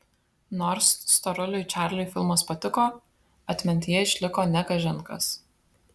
nors storuliui čarliui filmas patiko atmintyje išliko ne kažin kas